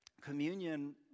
communion